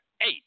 eight